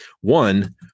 One